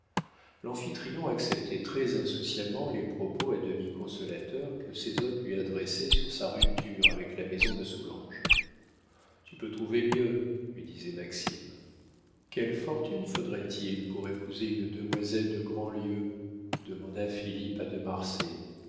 l'amphitryon acceptait très insouciamment les propos à demi consolateurs que ses hôtes lui adressaient sur sa rupture avec la maison de soulanges tu peux trouver mieux lui disait maxime quelle fortune faudrait-il pour épouser une demoiselle de grandlieu demanda philippe à de marsay